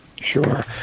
Sure